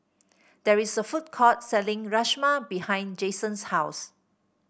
there is a food court selling Rajma behind Jasen's house